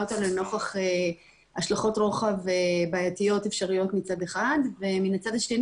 אותנו לנוכח השלכות רוחב בעייתיות אפשריות מצד אחד ומן הצד השני